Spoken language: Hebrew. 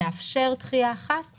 לאפשר דחייה אחת.